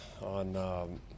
on